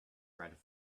read